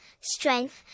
strength